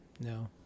No